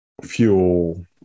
fuel